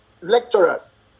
lecturers